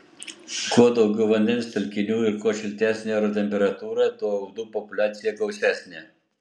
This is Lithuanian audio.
kuo daugiau vandens telkinių ir kuo šiltesnė oro temperatūra tuo uodų populiacija gausesnė